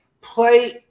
play –